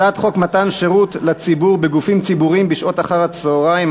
הצעת חוק מתן שירות לציבור בגופים ציבוריים בשעות אחר-הצהריים,